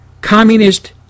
communist